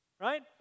right